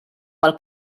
pel